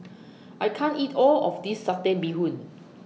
I can't eat All of This Satay Bee Hoon